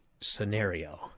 scenario